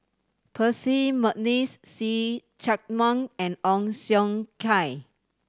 Percy McNeice See Chak Mun and Ong Siong Kai